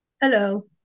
hello